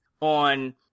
on